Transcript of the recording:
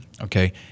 okay